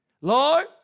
Lord